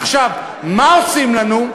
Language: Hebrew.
עכשיו, מה עושים לנו?